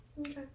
Okay